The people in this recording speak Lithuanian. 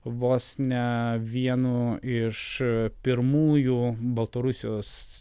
vos ne vienu iš pirmųjų baltarusijos